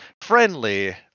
friendly